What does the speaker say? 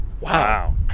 wow